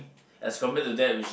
as compared to that which